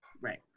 Right